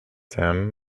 them